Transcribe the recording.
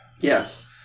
Yes